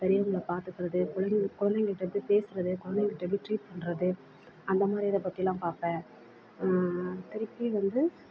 பெரியவங்களை பார்த்துக்குறது கொழந்தைங் கொழந்தைங்கள்ட்ட எப்படி பேசுகிறது கொழந்தைகள்ட்ட எப்படி ட்ரீட் பண்ணுறது அந்த மாதிரி இது பற்றியெல்லாம் பார்ப்பேன் திருப்பி வந்து